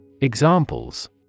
Examples